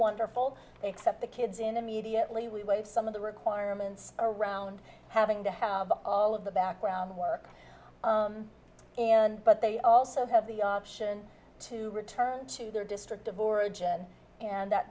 wonderful except the kids in immediately we wave some of the requirements around having to have all of the background work and but they also have the option to return to their district of origin and that